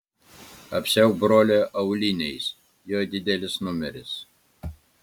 apsiauk brolio auliniais jo didelis numeris